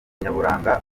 nyaburanga